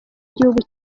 igihugu